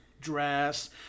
dress